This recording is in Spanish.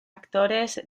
actores